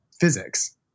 physics